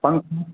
पाँच